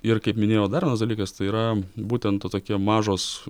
ir kaip minėjau dar vienas dalykas tai yra būtent ta tokia mažos